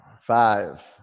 Five